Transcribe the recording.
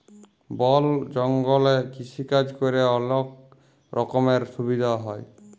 বল জঙ্গলে কৃষিকাজ ক্যরে অলক রকমের সুবিধা হ্যয়